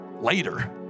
later